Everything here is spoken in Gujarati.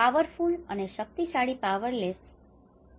પાવરફૂલpowerful શક્તિશાળી અને પાવરલેસનેસpowerlessness શક્તિહિનતા